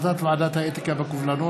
לפרוטוקול,